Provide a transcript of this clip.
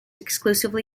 exclusively